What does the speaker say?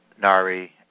Nari